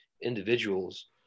individuals